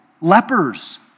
lepers